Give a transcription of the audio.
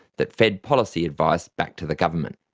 that fed policy advice back to the government.